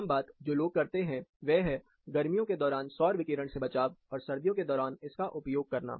आम बात जो लोग करते हैं वह है गर्मियों के दौरान सौर विकिरण से बचाव और सर्दियों के दौरान इसका उपयोग करना